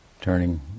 turning